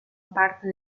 parte